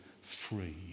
free